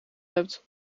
hebt